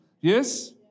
Yes